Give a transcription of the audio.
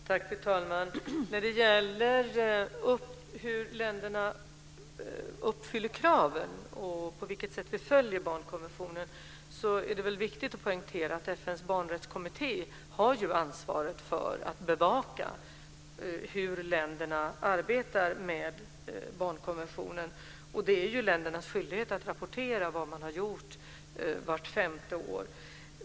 Fru talman! När det gäller hur länderna uppfyller kraven och på vilket sätt vi följer barnkonventionen så är det viktigt att poängtera att FN:s barnrättskommitté har ansvaret för att bevaka hur länderna arbetar med barnkonventionen. Det är ländernas skyldighet att rapportera vad man har gjort vart femte år.